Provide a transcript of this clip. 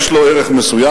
יש לו ערך מסוים,